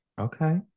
okay